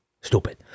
stupid